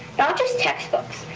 not just textbooks,